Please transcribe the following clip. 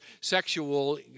sexual